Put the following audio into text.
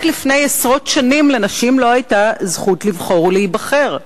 רק לפני עשרות שנים לנשים לא היתה הזכות לבחור ולהיבחר.